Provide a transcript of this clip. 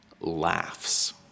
laughs